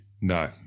no